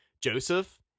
Joseph